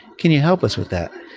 can you help us with that?